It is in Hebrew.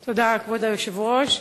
תודה, כבוד היושב-ראש,